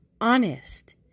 honest